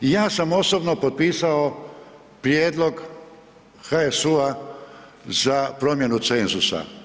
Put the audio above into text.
Ja sam osobno potpisao prijedlog HSU-a za promjenu cenzusa.